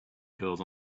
girls